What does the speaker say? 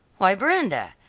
why, brenda,